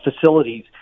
facilities